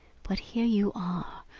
but here you are,